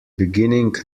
beginning